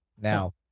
now